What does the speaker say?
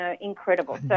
incredible